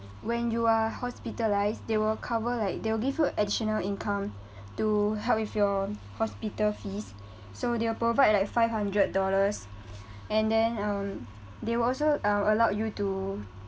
when you are hospitalised they will cover like they'll give you additional income to help with your hospital fees so they will provide like five hundred dollars and then um they will also um allow you to